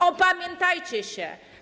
Opamiętajcie się.